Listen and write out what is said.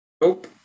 nope